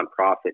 nonprofit